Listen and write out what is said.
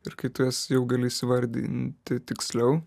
ir kai tu jas jau gali įsivardinti tiksliau